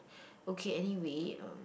okay anyway